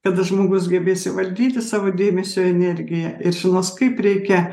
kada žmogus gebėsi įvaldyti savo dėmesio energiją ir žinos kaip reikia